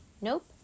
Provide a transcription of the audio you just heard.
Nope